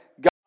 God